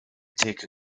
take